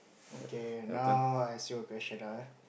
okay now I ask you a question ah